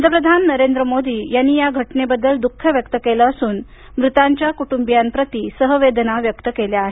पंतप्रधान नरेंद्र मोदी यांनी या घटनेबद्दल दुख व्यक्त केलं असून मृतांच्या कुटुंबीयांप्रति सहवेदना व्यक्त केल्या आहेत